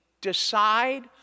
decide